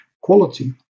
quality